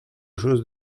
chose